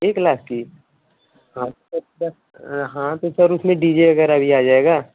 एक लाख की हाँ हाँ तो सर उसमें डी जे वगैरह भी आ जाएगा